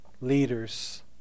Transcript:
leaders